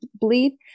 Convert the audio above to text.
bleed